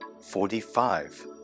Forty-five